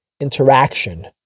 interaction